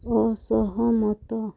ଅସହମତ